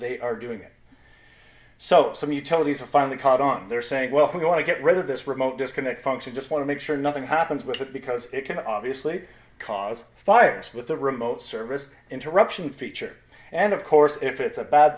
they are doing it so some utilities are finally caught on there saying well we want to get rid of this remote disconnect function just want to make sure nothing happens with because it can obviously cause fires with the remote service interruption feature and of course if it's a bad